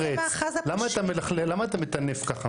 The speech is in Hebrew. למה אתה מטנף ככה?